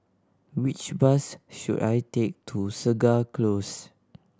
which bus should I take to Segar Close